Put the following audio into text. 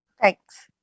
thanks